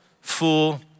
fool